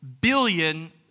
billion